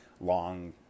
long